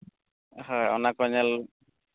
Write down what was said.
ᱦᱳᱭ ᱚᱱᱟ ᱠᱚ ᱧᱮᱞ